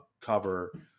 cover